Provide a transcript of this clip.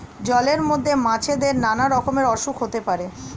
জলের মধ্যে মাছেদের নানা রকমের অসুখ হতে পারে